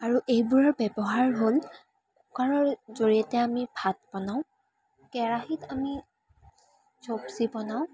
আৰু এইবোৰৰ ব্য়ৱহাৰ হ'ল কুকাৰৰ জৰিয়তে আমি ভাত বনাওঁ কেৰাহীত আমি চবজি বনাওঁ